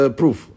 proof